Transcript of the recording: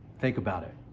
think about it.